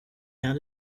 how